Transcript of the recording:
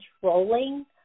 controlling